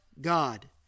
God